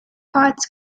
potts